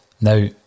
Now